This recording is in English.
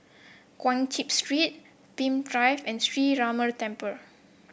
Guan Chuan Street Pemimpin Drive and Sree Ramar Temple